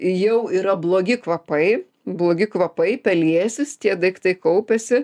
jau yra blogi kvapai blogi kvapai pelėsis tie daiktai kaupiasi